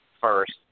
first